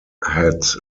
had